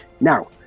Now